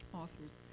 authors